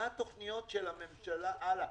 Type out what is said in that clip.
מה התוכניות של הממשלה הלאה?